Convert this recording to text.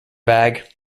bag